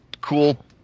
cool